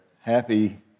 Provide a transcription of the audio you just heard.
happy